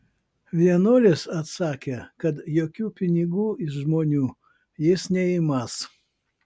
vienuolis atsakė kad jokių pinigų iš žmonių jis neimąs